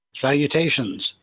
Salutations